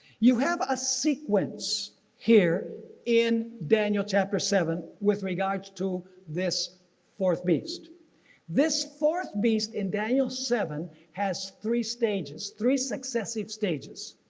you have a sequence here in daniel chapter seven with regard to this fourth beast this fourth beast in daniel seven has three stages three successive stages.